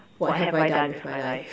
what have I done with my life